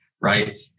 right